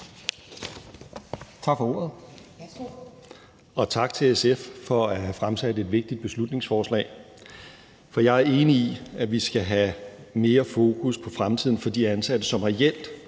Tak for ordet, og tak til SF for at have fremsat et vigtigt beslutningsforslag. For jeg er enig i, at vi skal have mere fokus på fremtiden for de indsatte, som reelt